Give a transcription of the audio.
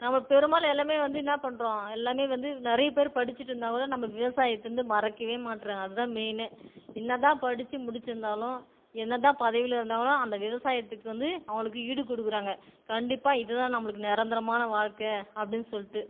நம்ம பெரும்பாலும் எல்லாம் வந்து இன்னா பண்ணுறோம் எல்லாம் வந்து நிறைய பேர் படிச்சிட்டு இருந்தால் கூட நம்ம விவசாயத்தை வந்து மறக்கவே மாட்டுறோம் அது தான் மெயினே என்ன தான் படித்து முடிச்சிருந்தாலும் என்ன தான் பதவியில் இருந்தால் கூட அந்த விவசாயத்துக்கு வந்து அவங்களுக்கு ஈடு கொடுக்குறாங்க கண்டிப்பாக இது தான் நம்மளுக்கு நிரந்தரமான வாழ்க்கை அப்படின்னு சொல்லிட்டு